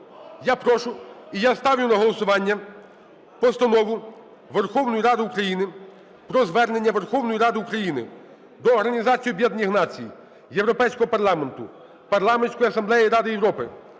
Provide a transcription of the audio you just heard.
Я прошу, і я ставлю на голосування Постанову Верховної Ради України "Про Звернення Верховної Ради України до Організації Об'єднаних Націй, Європейського Парламенту, Парламентської Асамблеї Ради Європи,